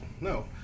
No